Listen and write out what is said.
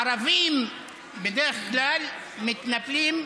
ערבים בדרך כלל מתנפלים,